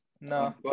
no